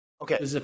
Okay